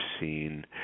seen